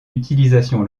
utilisation